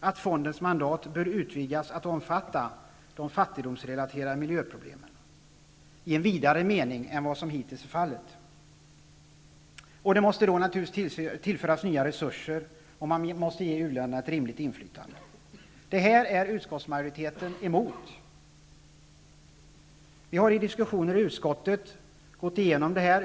att fondens mandat bör utvidgas till att omfatta de fattigdomsrelaterade miljöproblemen i en vidare mening än vad som hittills har varit fallet. Det måste då naturligtvis tillföras nya resurser, och man måste ge u-länderna ett rimligt inflytande. Utskottsmajoriteten är emot detta. Vi har i diskussioner i utskottet gått igenom det här.